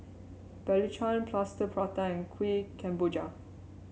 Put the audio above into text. Belacan Plaster Prata and Kuih Kemboja